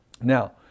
Now